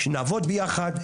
שנעבוד ביחד.